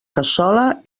cassola